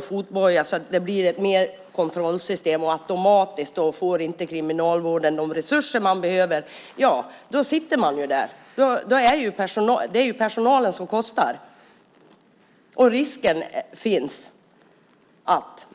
Fotboja inrättas som ett kontrollsystem, och automatiskt får inte Kriminalvården de resurser den behöver. Då sitter man där. Det är personalen som kostar. Risken finns därför att